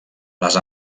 les